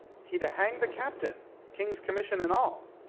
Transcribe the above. he'd ha' hanged the captain, king's commission and all.